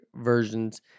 versions